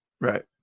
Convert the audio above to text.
Right